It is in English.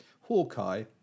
Hawkeye